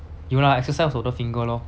有 lah exercise 我的 finger lor